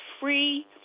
free